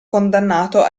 condannato